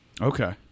Okay